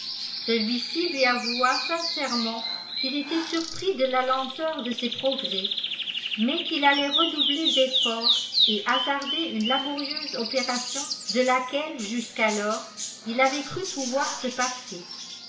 celui-ci lui avoua sincèrement qu'il était surpris de la lenteur de ses progrès mais qu'il allait redoubler d'efforts et hasarder une laborieuse opération de laquelle jusqu'alors il avait cru pouvoir se passer